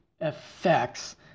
effects